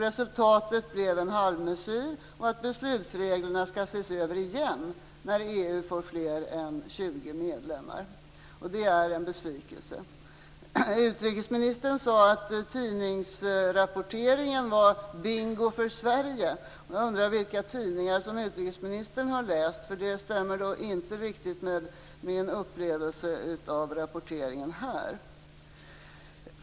Resultatet blev en halvmesyr, att beslutsreglerna skall ses över igen när EU får fler än 20 medlemmar. Det är en besvikelse. Utrikesministern sade att tidningsrapporteringen var bingo för Sverige. Jag undrar vilka tidningar utrikesministern har läst, för det stämmer inte riktigt med min upplevelse av rapporteringen här.